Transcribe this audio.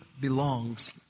belongs